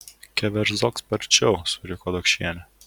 keverzok sparčiau suriko dokšienė